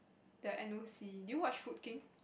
the N_O_C do you watch Food-King